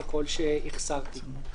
ככל שהחסרתי.